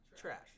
trash